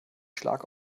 schlag